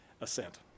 assent